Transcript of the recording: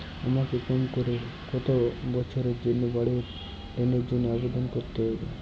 আমাকে কম করে কতো বছরের জন্য বাড়ীর ঋণের জন্য আবেদন করতে হবে?